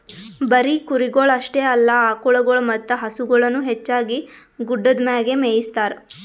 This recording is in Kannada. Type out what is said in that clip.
ಬರೀ ಕುರಿಗೊಳ್ ಅಷ್ಟೆ ಅಲ್ಲಾ ಆಕುಳಗೊಳ್ ಮತ್ತ ಹಸುಗೊಳನು ಹೆಚ್ಚಾಗಿ ಗುಡ್ಡದ್ ಮ್ಯಾಗೆ ಮೇಯಿಸ್ತಾರ